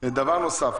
דבר נוסף,